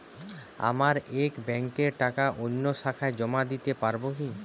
আমার এক ব্যাঙ্কের টাকা অন্য শাখায় জমা দিতে পারব কি?